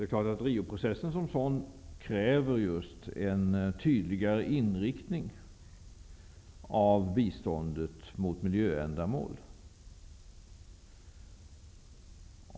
Rioprocessen som sådan kräver just en tydligare inriktning av biståndet mot miljöändamål.